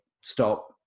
stop